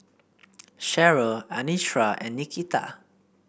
Sherryl Anitra and Nikita